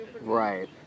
Right